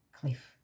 Cliff